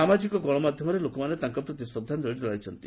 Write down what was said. ସାମାଜିକ ଗଶମାଧ୍ୟମରେ ଲୋକମାନେ ତାଙ୍କପ୍ରତି ଶ୍ରଦ୍ଧାଞ୍ଚଳି ଜଣାଇଛନ୍ତି